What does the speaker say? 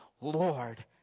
Lord